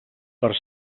per